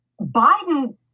Biden